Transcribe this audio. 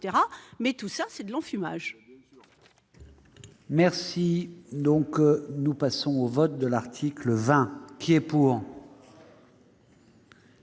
Mais tout cela, c'est de l'enfumage